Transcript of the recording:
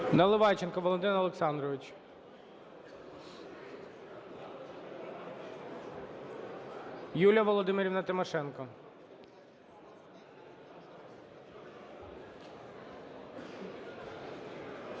Наливайченко Валентин Олександрович. Юлія Володимирівна Тимошенко.